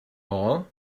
all